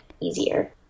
easier